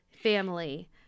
family